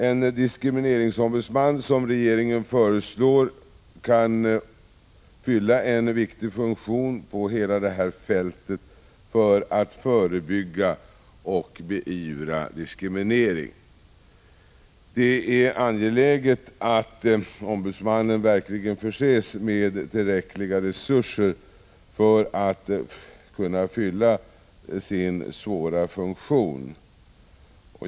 En diskrimineringsombudsman, som regeringen föreslår, kan fylla en viktig funktion på hela det här fältet för att förebygga och beivra diskriminering. Det är angeläget att ombudsmannen verkligen förses med tillräckliga resurser för att kunna fylla sin svåra funktion.